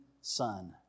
son